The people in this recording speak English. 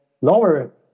lower